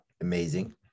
amazing